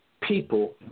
people